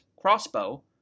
crossbow